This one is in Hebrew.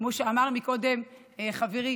כמו שאמר קודם חברי